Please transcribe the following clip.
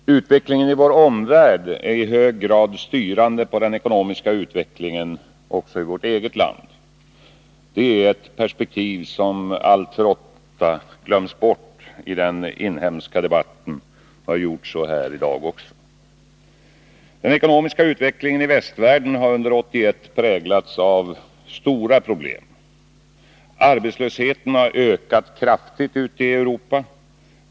Herr talman! Utvecklingen i vår omvärld är i hög grad styrande för den ekonomiska utvecklingen också i vårt eget land. Det är ett perspektiv som alltför ofta glöms bort i den inhemska debatten, och så har det varit också här i dag. Den ekonomiska utvecklingen i västvärlden har under 1981 präglats av stora problem. Arbetslösheten har ökat kraftigt ute i Europa.